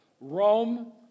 Rome